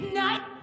night